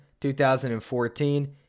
2014